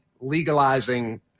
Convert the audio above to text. legalizing